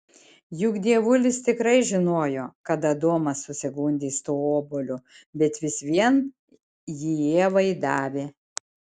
juk dievulis tikrai žinojo kad adomas susigundys tuo obuoliu bet vis vien jį ievai davė